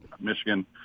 Michigan